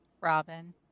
robin